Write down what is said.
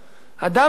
אדם אחד,